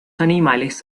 animales